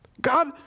God